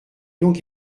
donc